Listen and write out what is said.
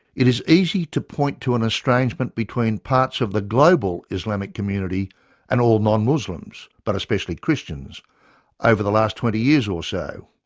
it is easy to point to an estrangement between parts of the global islamic community and all non-muslims but especially christians over the last twenty years or so,